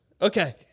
Okay